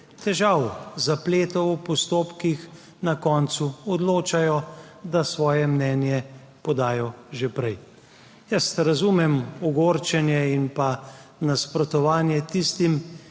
težav, zapletov v postopkih na koncu odločajo, da svoje mnenje podajo že prej. Jaz razumem ogorčenje in pa nasprotovanje tistim,